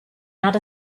not